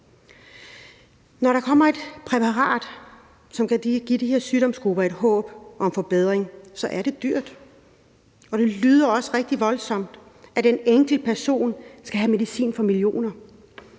Når der kommer et præparat, som kan give de her sygdomsgrupper et håb om forbedring, så er det dyrt, og det lyder også rigtig voldsomt, at en enkelt person skal have medicin for millioner,